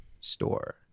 store